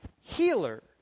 healer